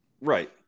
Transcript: right